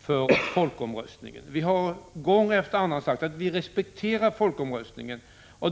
för folkomröstningen. Centerpartiet har gång efter annan sagt att det respekterar folkomröstningen.